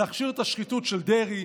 להכשיר את השחיתות של דרעי,